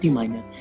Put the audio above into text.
minor